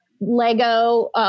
Lego